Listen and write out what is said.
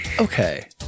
Okay